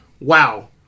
wow